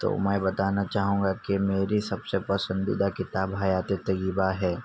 تو میں بتانا چاہوں گا کہ میری سب سے پسندیدہ کتاب حیات طیبہ ہے